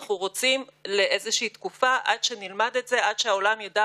וברגע שהקמפוסים ייפתחו,